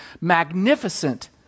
magnificent